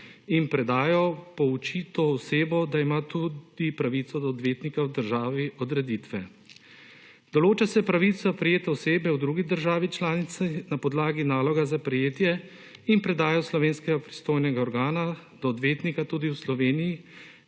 in predajo pouči to osebo, da ima tudi pravico do odvetnika v državi odreditve. Določa se pravica prejete osebe v drugi državi članici na podlagi naloga za prejetje **52. TRAK (VI) 13.15** (Nadaljevanje) in predajo slovenskega pristojnega organa do odvetnika tudi v Sloveniji